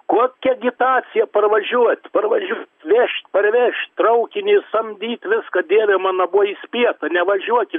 kokia agitacija parvažiuot parvažiuot vežt parvežt traukinį samdyt viską dieve mano buvo įspėta nevažiuoti